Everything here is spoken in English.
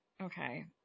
okay